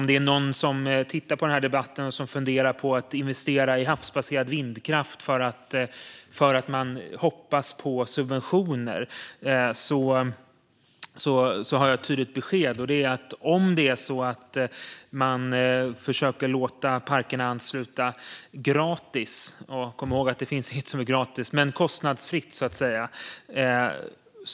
Om det är någon som tittar på denna debatt, fru talman, och som funderar på att investera i havsbaserad vindkraft för att man hoppas på subventioner har jag ett tydligt besked: Om man försöker låta parker ansluta "gratis" ska man komma ihåg att det inte finns något som är gratis, däremot kostnadsfritt.